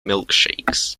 milkshakes